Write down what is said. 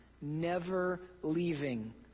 never-leaving